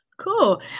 Cool